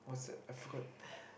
what's that I forgot